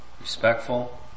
respectful